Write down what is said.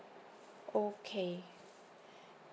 okay